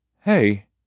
Hey